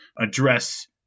address